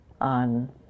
on